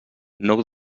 nou